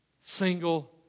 single